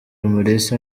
umulisa